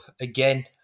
again